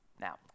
Now